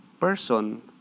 person